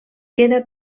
queda